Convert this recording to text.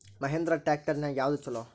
Mahindra tractor ನ್ಯಾಗ ಯಾವ್ದ ಛಲೋ?